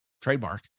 trademark